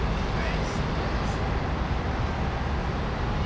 I see I see